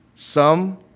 some,